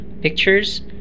pictures